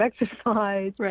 exercise